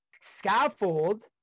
scaffold